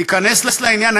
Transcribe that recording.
תיכנס לעניין.